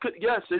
Yes